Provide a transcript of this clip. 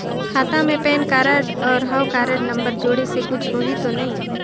खाता मे PAN card और हव कारड नंबर जोड़े से कुछ होही तो नइ?